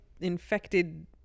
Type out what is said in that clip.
infected